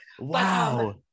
Wow